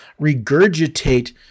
regurgitate